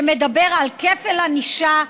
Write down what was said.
שמדבר על כפל ענישה,